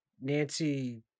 Nancy